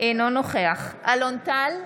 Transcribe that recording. אינו נוכח אלון טל,